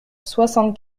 soixante